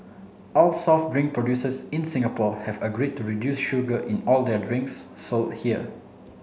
all soft drink producers in Singapore have agreed to reduce sugar in all their drinks sold here